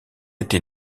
été